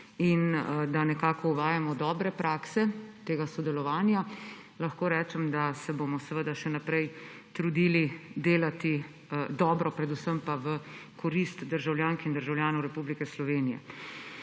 in da nekako uvajamo dobre prakse tega sodelovanja. Lahko rečem, da se bomo seveda še naprej trudili delati dobro, predvsem pa v korist državljank in državljanov Republike Slovenije.